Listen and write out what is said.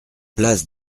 place